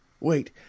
Wait